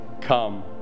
come